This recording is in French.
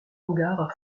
hangar